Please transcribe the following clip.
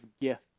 gift